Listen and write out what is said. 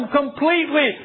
completely